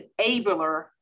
enabler